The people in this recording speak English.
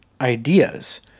ideas